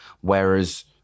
Whereas